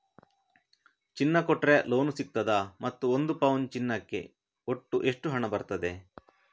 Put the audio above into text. ಚಿನ್ನ ಕೊಟ್ರೆ ಲೋನ್ ಸಿಗ್ತದಾ ಮತ್ತು ಒಂದು ಪೌನು ಚಿನ್ನಕ್ಕೆ ಒಟ್ಟು ಎಷ್ಟು ಹಣ ಬರ್ತದೆ?